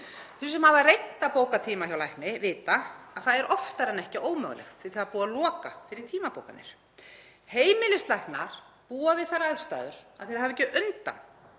Þau sem hafa reynt að bóka tíma hjá lækni vita að það er oftar en ekki ómögulegt því að það er búið að loka fyrir tímabókanir. Heimilislæknar búa við þær aðstæður að þeir hafa ekki undan